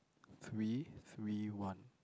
three three one